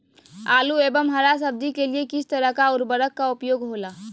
आलू एवं हरा सब्जी के लिए किस तरह का उर्वरक का उपयोग होला?